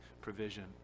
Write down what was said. provision